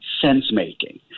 sense-making